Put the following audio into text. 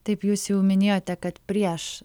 taip jūs jau minėjote kad prieš